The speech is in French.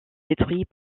détruits